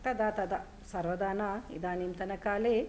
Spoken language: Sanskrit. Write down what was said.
तदा तदा सर्वदा न इदानींतनकाले